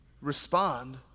respond